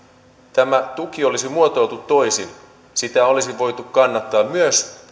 tämä tuki olisi muotoiltu toisin sitä olisi voitu kannattaa myös